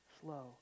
slow